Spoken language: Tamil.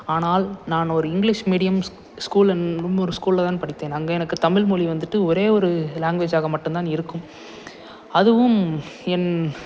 ஆனால் நான் ஒரு இங்கிலிஷ் மீடியம் ஸ்கூல் ஸ்கூல்ல நும் ஒரு ஸ்கூல்ல தான் படித்தேன் அங்க எனக்கு தமிழ் மொழி வந்துட்டு ஒரே ஒரு லாங்குவேஜாக மட்டுந்தான் இருக்கும் அதுவும் என்